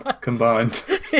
Combined